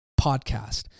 podcast